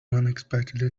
unexpectedly